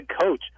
coach